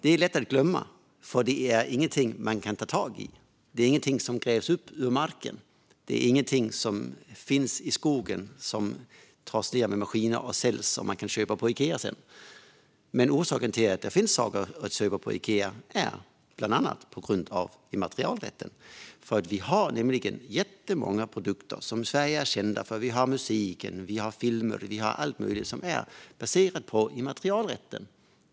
Det är lätt att glömma, för det är ingenting man kan ta i. Det är ingenting som grävs upp ur marken. Det är ingenting som finns i skogen som tas ned med maskiner och säljs och som man sedan kan köpa på Ikea. Men anledningen till att det finns saker att köpa på Ikea är bland annat immaterialrätten. Jättemånga produkter som är kända från Sverige - musik, film och allt möjligt - är baserat på immaterialrätten.